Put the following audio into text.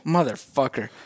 Motherfucker